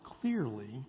clearly